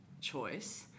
choice